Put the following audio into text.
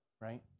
right